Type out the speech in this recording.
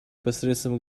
посредством